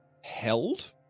held